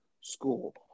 school